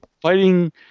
fighting